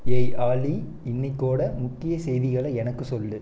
ஏய் ஆலி இன்னிக்கோட முக்கிய செய்திகளை எனக்கு சொல்